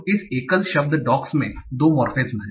तो इस एकल शब्द डॉग्स में दो मोर्फेमेज़ हैं